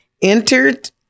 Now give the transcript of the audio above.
entered